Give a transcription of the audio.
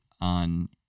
on